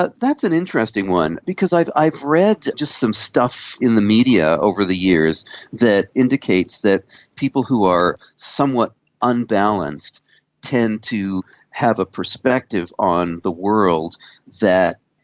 but that's an interesting one because i've i've read just some stuff in the media over the years that indicates that people who are somewhat unbalanced tend to have a perspective on the world that